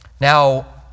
Now